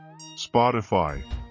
spotify